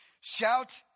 Shout